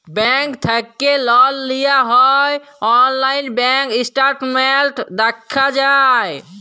bank থ্যাকে লল লিয়া হ্যয় অললাইল ব্যাংক ইসট্যাটমেল্ট দ্যাখা যায়